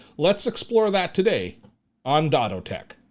let's explore that today on dotto tech.